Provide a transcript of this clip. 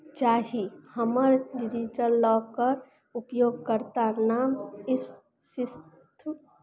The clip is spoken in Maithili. चाही हमर डिजिटल लॉकर उपयोगकर्ता नाम एस सिस्थ